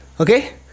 okay